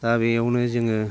दा बेयावनो जोङो